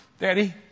daddy